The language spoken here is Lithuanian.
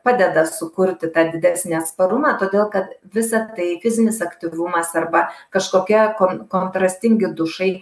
padeda sukurti tą didesnį atsparumą todėl kad visa tai fizinis aktyvumas arba kažkokia kon kontrastingi dušai